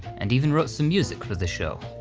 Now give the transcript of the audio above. and even wrote some music for the show.